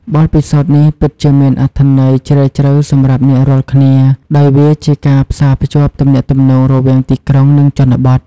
បទពិសោធន៍នេះពិតជាមានអត្ថន័យជ្រាលជ្រៅសម្រាប់អ្នករាល់គ្នា ដោយវាជាការផ្សារភ្ជាប់ទំនាក់ទំនងរវាងទីក្រុងនិងជនបទ។